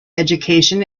education